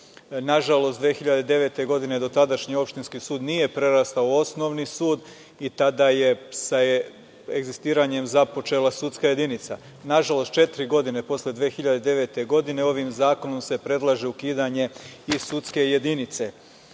Nažalost, 2009. godine do tadašnje opštinski sud nije prerastao u osnovni sud i tada je sa egzistiranjem započela sudska jedinica. Četiri godine posle 2009. godine ovim zakonom se predlaže ukidanje i sudske jedinice,